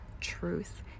truth